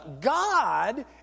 God